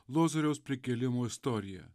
lozoriaus prikėlimo istoriją